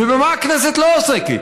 ובמה הכנסת לא עוסקת,